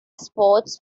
sports